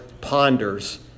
ponders